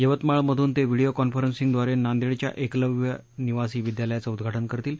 यवतमाळ मधून ते व्हिडीओ कॉन्फरसिंगद्वारे नांदेडच्या एकलव्य निवासी विद्यालयाचं उद्घाटन करतील